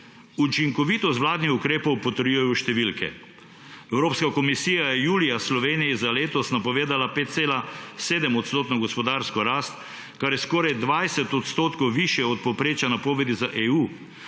Učinkovitost vladnih ukrepov potrjujejo številke. Evropska komisija je julija Sloveniji za letos napovedala 5,7-odstotno gospodarsko rast, kar je skoraj 20 % višje od povprečja napovedi za EU.